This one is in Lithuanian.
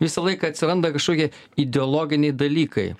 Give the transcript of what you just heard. visą laiką atsiranda kažkokie ideologiniai dalykai